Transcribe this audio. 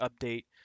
update